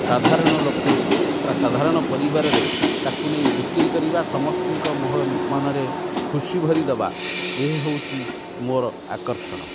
ସାଧାରଣ ଲୋକଙ୍କୁ ବା ସାଧାରଣ ପରିବାରରେ ତାକୁ ନେଇ ବିକ୍ରି କରିବା ସମସ୍ତଙ୍କ ମନରେ ଖୁସି ଭରି ଦେବା ଏହି ହେଉଛି ମୋର ଆକର୍ଷଣ